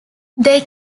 they